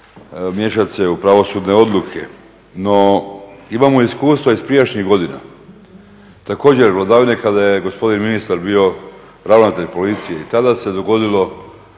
miješati se u pravosudne odluke. No, imamo iskustva iz prijašnjih godina također vladavine kada je gospodin ministar bio ravnatelj policije i tada se dogodilo